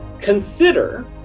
consider